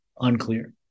unclear